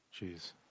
Jeez